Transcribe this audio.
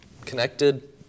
connected